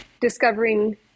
discovering